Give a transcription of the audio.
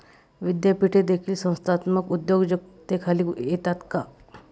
विद्यापीठे देखील संस्थात्मक उद्योजकतेखाली येतात का?